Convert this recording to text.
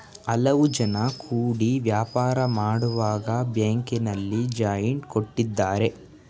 ಹಲವು ಜನ ಕೂಡಿ ವ್ಯಾಪಾರ ಮಾಡುವಾಗ ಬ್ಯಾಂಕಿನಲ್ಲಿ ಜಾಯಿಂಟ್ ಕೊಟ್ಟಿದ್ದಾರೆ